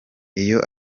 iyo